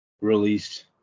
released